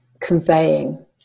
conveying